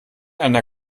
einer